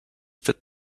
fit